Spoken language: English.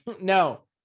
No